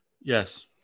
Yes